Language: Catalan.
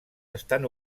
estan